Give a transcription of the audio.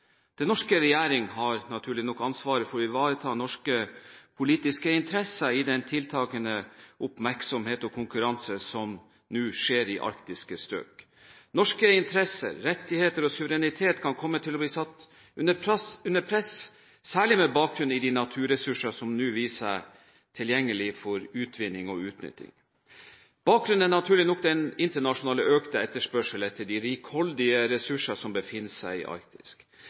Den norske regjering har naturlig nok ansvaret for å ivareta norske politiske interesser i den tiltakende oppmerksomhet og konkurranse som nå skjer i arktiske strøk. Norske interesser, rettigheter og suverenitet kan komme til å bli satt under press, særlig med bakgrunn i de naturressurser som nå viser seg tilgjengelig for utvinning og utnytting. Bakgrunnen er naturlig nok den internasjonale, økte etterspørsel etter de rikholdige ressurser som befinner seg i